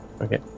Okay